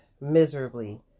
miserably